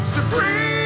Supreme